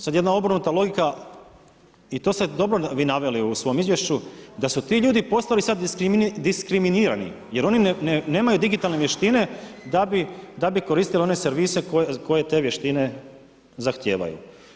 Sada jedna obrnuta logika i to ste dobro vi naveli u svom izvješću da su ti ljudi postali sada diskriminirani jer oni nemaju digitalne vještine da bi koristili one servise koje te vještine zahtijevaju.